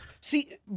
See